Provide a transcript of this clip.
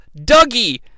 Dougie